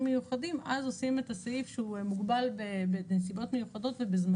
מיוחדים אז עושים את הסעיף שהוא מוגבל בנסיבות מיוחדות ובזמנים מיוחדים.